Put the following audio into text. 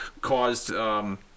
caused –